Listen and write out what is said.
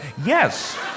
Yes